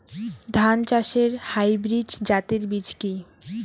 ধান চাষের হাইব্রিড জাতের বীজ কি?